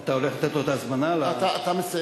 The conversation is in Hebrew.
אתה הולך לתת לו את ההזמנה, אתה מסיים.